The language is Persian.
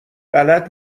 غلط